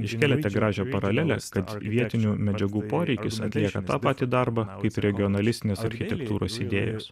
iškėlėte gražią paralelę kad vietinių medžiagų poreikis atlieka tą patį darbą kaip regionalistinės architektūros idėjos